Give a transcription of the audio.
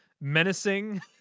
menacing